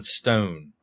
stone